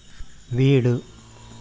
வீடு